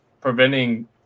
preventing